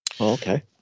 Okay